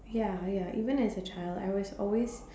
ya ya even as a child I was always